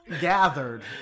gathered